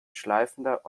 schleifender